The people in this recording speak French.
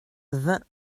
vingt